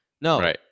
No